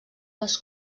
les